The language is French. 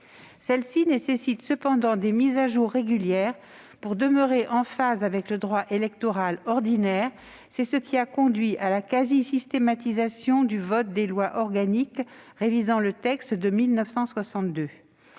Celle-ci nécessite cependant des mises à jour régulières pour demeurer en phase avec le droit électoral ordinaire. C'est ce qui a conduit à la quasi-systématisation du vote de lois organiques révisant le texte de 1962.